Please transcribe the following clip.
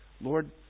Lord